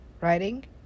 writing